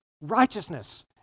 righteousness